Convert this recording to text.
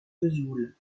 vesoul